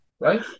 right